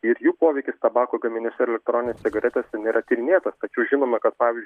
ir jų poveikis tabako gaminiuose ir elektroninės cigaretės nėra tyrinėtas tačiau žinoma kad pavyzdžiui